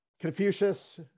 confucius